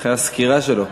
אחרי הסקירה שלו.